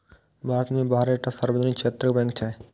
भारत मे बारह टा सार्वजनिक क्षेत्रक बैंक छै